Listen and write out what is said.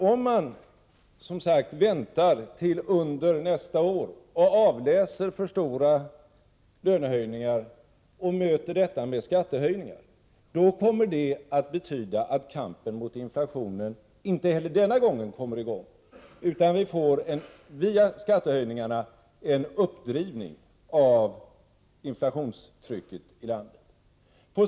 Om man väntar till nästa år och avläser för stora lönehöjningar och möter detta med skattehöjningar, då kommer det att betyda att kampen mot inflationen inte heller nu kommer i gång, utan att vi via skattehöjningarna får en uppdrivning av inflationstrycket i landet.